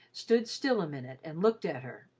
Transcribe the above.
stood still a minute and looked at her.